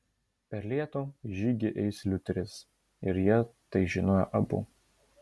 per lietų į žygį eis liuteris ir jie tai žinojo abu